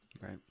Right